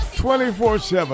24-7